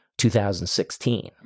2016